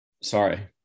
Sorry